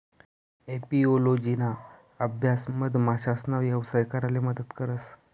एपिओलोजिना अभ्यास मधमाशासना यवसाय कराले मदत करस